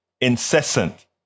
incessant